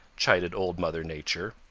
chided old mother nature.